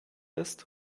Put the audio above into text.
ist